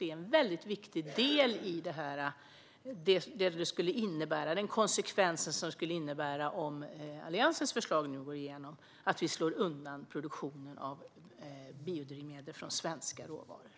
Det är en väldigt viktig del i den konsekvens det skulle innebära om Alliansens förslag nu skulle gå igenom. Då slår vi undan produktionen av biodrivmedel från svenska råvaror.